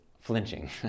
flinching